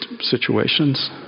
situations